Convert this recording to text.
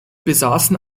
besaßen